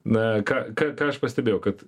na ką ką ką aš pastebėjau kad